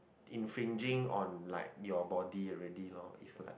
infringing on like your body already lor it's like